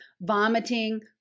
vomiting